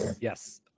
Yes